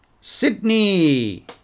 Sydney